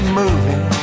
moving